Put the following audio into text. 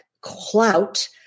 clout